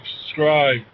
subscribe